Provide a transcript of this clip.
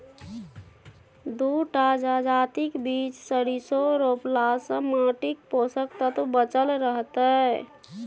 दू टा जजातिक बीच सरिसों रोपलासँ माटिक पोषक तत्व बचल रहतै